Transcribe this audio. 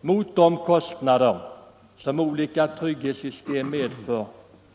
Mot de kostnader som olika trygghetssystem medför